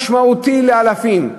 משמעותי לאלפים.